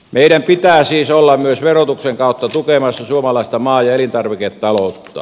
meidän pitää siis olla myös verotuksen kautta tukemassa suomalaista maa ja elintarviketaloutta